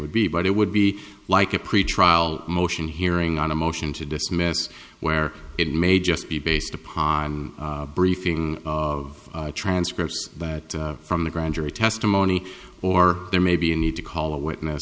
would be but it would be like a pretrial motion hearing on a motion to dismiss where it may just be based upon briefing of transcripts that from the grand jury testimony or there may be a need to call a witness